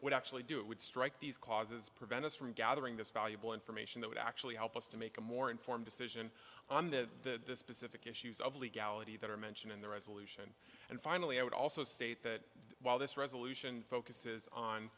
would actually do it would strike these clauses prevent us from gathering this valuable information that would actually help us to make a more informed decision on the specific issues of legality that are mentioned in the resolution and finally i would also state that while this resolution focuses on